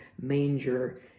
manger